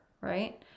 right